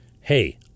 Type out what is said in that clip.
hey